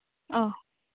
ᱚ